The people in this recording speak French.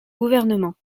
gouvernement